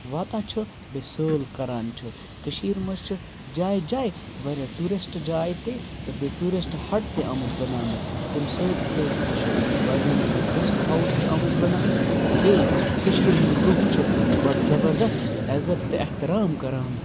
واتان چھُ بیٚیہِ سٲل کَران چھُ کٔشیٖر منٛز چھِ جایہِ جایہِ واریاہ ٹیوٗرِسٹ جاے تہِ تہٕ بیٚیہِ ٹوٗرِسٹ ہَٹ تہِ آمٕتۍ بَناونہٕ تمہِ سۭتۍ سۭتۍ تہِ چھِ واریاہَن جایَن ریسٹ ہاوُس تہِ آمٕتۍ بَناونہٕ بیٚیہِ کٔشیٖر ہِنٛدۍ لُکھ چھِ بَڑٕ زَبردست عٮ۪زَت تہٕ احترام کَران